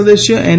સદસ્ય એન